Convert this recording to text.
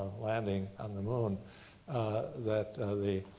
landing on the moon that the,